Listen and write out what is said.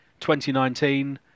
2019